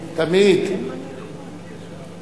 אדוני היושב-ראש,